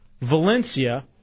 Valencia